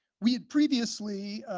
we had previously